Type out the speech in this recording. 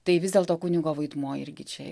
tai vis dėlto kunigo vaidmuo irgi čia